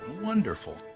Wonderful